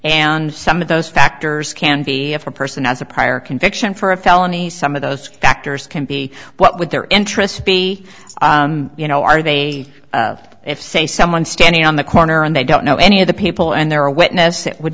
and some of those factors can be if a person has a prior conviction for a felony some of those factors can be what would their interest be you know are they if say someone standing on the corner and they don't know any of the people and they're a witness it would